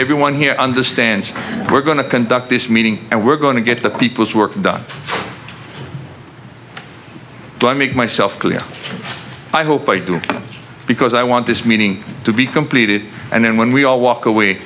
everyone here understands we're going to conduct this meeting and we're going to get the people's work done but i make myself clear i hope i do because i want this meeting to be completed and then when we all walk away